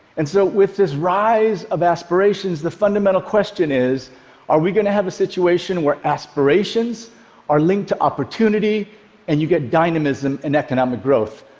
and so with this rise of aspirations, the fundamental question is are we going have a situation where aspirations are linked to opportunity and you get dynamism and economic growth,